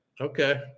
Okay